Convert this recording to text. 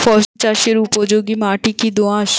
ফসল চাষের জন্য উপযোগি মাটি কী দোআঁশ?